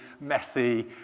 messy